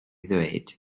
ddweud